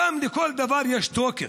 לכל דבר יש תוקף.